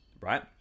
right